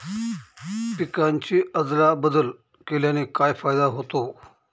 पिकांची अदला बदल केल्याने काय फायदा होतो?